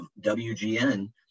WGN